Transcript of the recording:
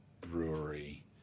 Brewery